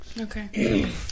Okay